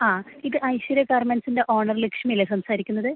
ആ ഇത് ഐശ്വര്യ ഗാർമെൻറ്റ്സിൻ്റെ ഓണർ ലക്ഷ്മിയല്ലേ സംസാരിക്കുന്നത്